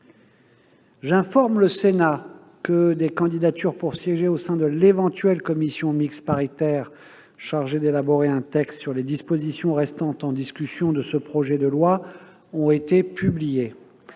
J'informe le Sénat que des candidatures pour siéger au sein de l'éventuelle commission mixte paritaire chargée d'élaborer un texte sur les dispositions restant en discussion de ce projet de loi ont été publiées.